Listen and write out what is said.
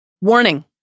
warning